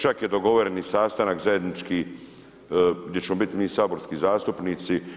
Čak je dogovoren i sastanak zajednički gdje ćemo biti mi saborski zastupnici.